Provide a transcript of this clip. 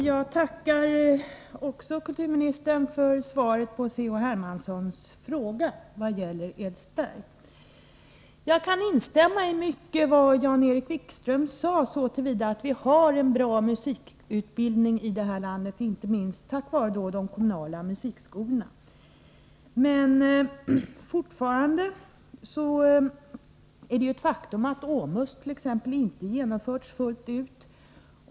Herr talman! Jag tackar kulturministern för svaret på C.-H. Hermanssons fråga vad gäller Edsbergs musikskola. Jag kan instämma i mycket av vad Jan-Erik Wikström sade, så till vida att jag anser att vi har en bra musikutbildning i det här landet, inte minst tack vare de kommunala musikskolorna. Men fortfarande så är det ju ett faktum att t.ex. OMUS inte genomförts fullt ut.